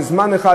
בזמן אחד,